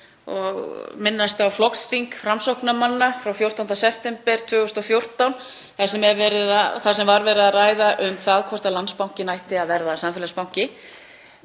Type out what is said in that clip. og minnast á flokksþing Framsóknarmanna frá 14. september 2015 þar sem var verið að ræða um það hvort Landsbankinn ætti að verða samfélagsbanki.